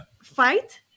fight